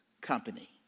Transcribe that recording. company